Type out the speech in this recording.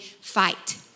fight